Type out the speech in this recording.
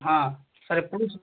हाँ sir police